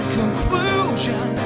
conclusion